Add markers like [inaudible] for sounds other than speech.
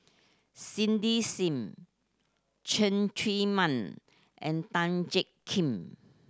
Cindy Sim Cheng [unintelligible] Man and Tan Jiak Kim